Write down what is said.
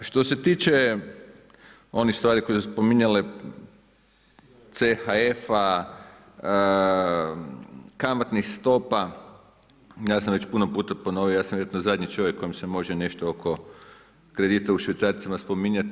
Što se tiče onih stvari koje su se spominjale CHF-a, kamatnih stopa, ja sam već puno puta ponovio, ja sam vjerojatno zadnji čovjek kojem se može nešto oko kredita u švicarcima spominjati.